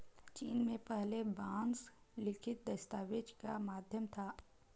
चीन में पहले बांस लिखित दस्तावेज का माध्यम था